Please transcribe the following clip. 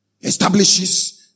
Establishes